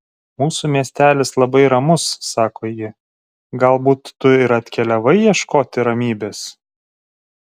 mūsų miestelis labai ramus sako ji galbūt tu ir atkeliavai ieškoti ramybės